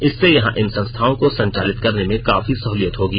इससे यहां इन संस्थाओं को संचालित करने में काफी सह्लियत होगी